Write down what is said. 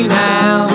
now